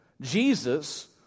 Jesus